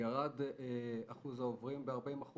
ירד אחוז העוברים ב-40%